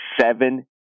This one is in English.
seven